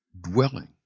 dwelling